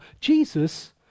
Jesus